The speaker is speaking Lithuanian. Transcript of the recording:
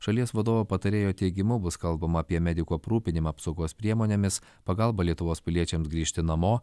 šalies vadovo patarėjo teigimu bus kalbama apie medikų aprūpinimą apsaugos priemonėmis pagalbą lietuvos piliečiams grįžti namo